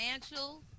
financial